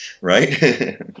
Right